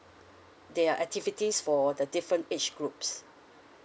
there are activities for the different age groups